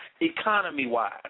economy-wise